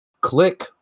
Click